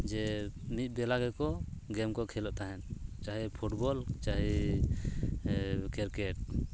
ᱡᱮ ᱢᱤᱫ ᱵᱮᱞᱟ ᱜᱮᱠᱚ ᱜᱮᱢ ᱠᱚ ᱠᱷᱮᱞᱳᱜ ᱛᱟᱦᱮᱱ ᱪᱟᱦᱮ ᱯᱷᱩᱴᱵᱚᱞ ᱪᱟᱦᱮ ᱠᱨᱤᱠᱮᱴ